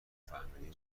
فهمیدیم